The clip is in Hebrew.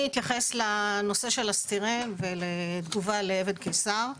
אני אתייחס לנושא של הסטירן ולתגובה לאבן קיסר.